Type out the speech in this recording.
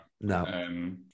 No